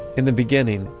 in the beginning,